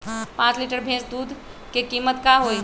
पाँच लीटर भेस दूध के कीमत का होई?